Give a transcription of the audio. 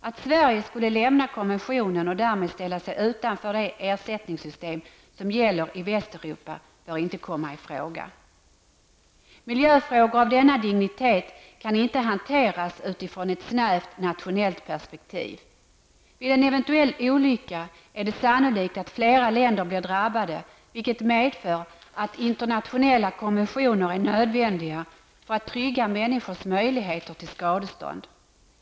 Att Sverige skulle lämna konventionen och därmed ställa sig utanför det ersättningssystem som gäller i Västeuropa bör inte komma i fråga. Miljöfrågor av denna dignitet kan inte hanteras utifrån ett snävt nationellt perspektiv. Vid en eventuell olycka är det sannolikt att flera länder blir drabbade, vilket medför att internationella konventioner är nödvändiga för att trygga människors möjligheter till skadestånd.